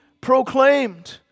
proclaimed